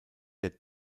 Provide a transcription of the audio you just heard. der